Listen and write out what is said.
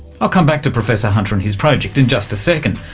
i'll come back to professor hunter and his project in just a second,